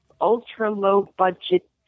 ultra-low-budget